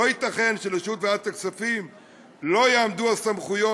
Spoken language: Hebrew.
לא ייתכן שלרשות ועדת הכספים לא יעמדו הסמכויות,